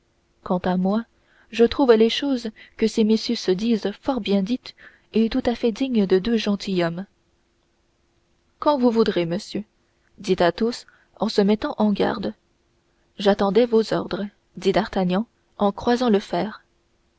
quant à moi je trouve les choses que ces messieurs se disent fort bien dites et tout à fait dignes de deux gentilshommes quand vous voudrez monsieur dit athos en se mettant en garde j'attendais vos ordres dit d'artagnan en croisant le fer